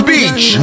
Beach